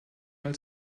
mal